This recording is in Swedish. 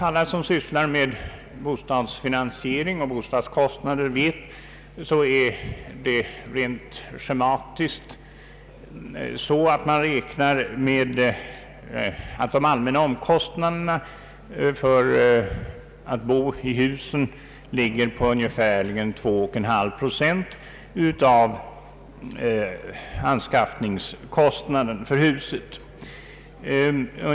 Alla som sysslar med bostadsfinansiering och bostadskostnader vet att man schematiskt räknar med att de allmänna omkostnaderna för att bo i ett hus ligger på ungefärligen 2,5 procent av anskaffningskostnaden för huset.